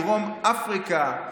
דרום אפריקה,